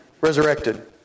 resurrected